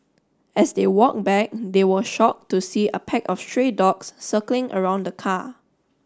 as they walk back they were shock to see a pack of stray dogs circling around the car